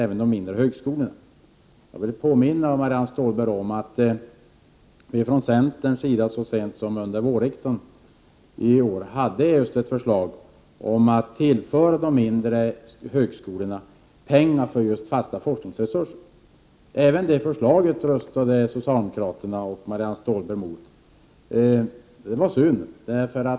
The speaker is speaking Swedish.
Jag vill i det sammanhanget påminna Marianne Stålberg om att vi i centern så sent som under vårriksdagen i år lade fram förslag om att tillföra de mindre högskolorna pengar för just fasta forskningsresurser. Även det förslaget röstade socialdemokraterna och Marianne Stålberg emot. Det var synd.